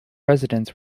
residents